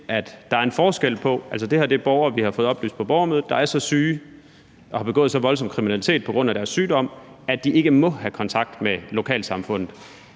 at der er en forskel, fordi det er personer på – har vi fået oplyst på borgermødet – der er så syge, og som har begået så voldsom kriminalitet på grund af deres sygdom, at de ikke må have kontakt med lokalsamfundet.